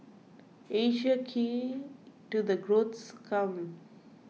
Asia key to the growth come